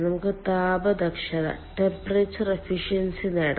നമുക്ക് താപ ദക്ഷത നേടാം